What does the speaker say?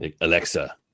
Alexa